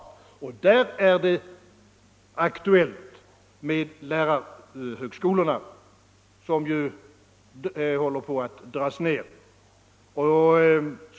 Och därvidlag är det aktuellt med lärarhögskolorna, som ju håller på att dras ned.